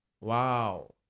wow